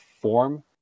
form